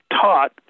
taught